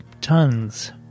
tons